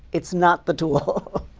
it's not the tool.